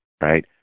right